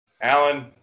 Alan